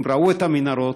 הם ראו את המנהרות,